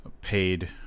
paid